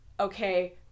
okay